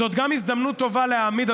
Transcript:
זאת גם הזדמנות טובה להעמיד,